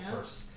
first